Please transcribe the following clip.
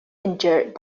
injured